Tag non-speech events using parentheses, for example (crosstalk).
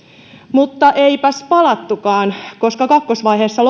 mutta eipäs palattukaan koska kakkosvaiheessa (unintelligible)